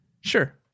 Sure